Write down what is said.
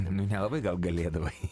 nu nelabai gal galėdavai